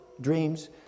dreams